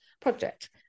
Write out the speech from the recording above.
project